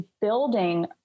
building